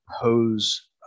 pose